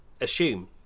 assume